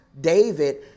David